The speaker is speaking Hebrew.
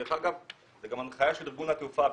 דרך אגב, זו גם הנחיה של ארגון התעופה הבינלאומי.